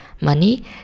money